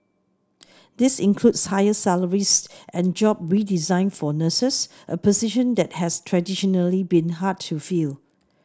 this includes higher salaries and job redesign for nurses a position that has traditionally been hard to fill